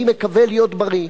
אני מקווה להיות בריא,